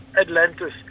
Atlantis